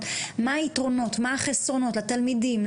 וצריך לראות מה היתרונות והחסרונות לתלמידים,